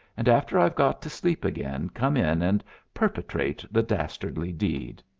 and after i've got to sleep again, come in, and perpetrate the dastardly deed.